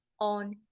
on